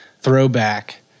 throwback